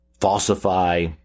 falsify